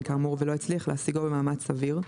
כאמור ולא הצליח להשיגו במאמץ סביר,